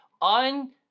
on